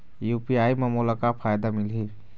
UPI म मोला का फायदा मिलही?